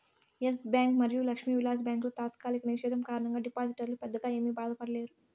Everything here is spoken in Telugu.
ఎస్ బ్యాంక్ మరియు లక్ష్మీ విలాస్ బ్యాంకుల తాత్కాలిక నిషేధం కారణంగా డిపాజిటర్లు పెద్దగా ఏమీ బాధపడలేదు